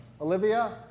Olivia